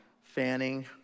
fanning